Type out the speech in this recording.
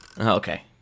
Okay